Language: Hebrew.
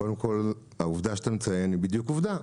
קודם כל העובדה שאתה מציין היא בדיוק עובדה,